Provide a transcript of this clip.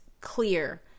clear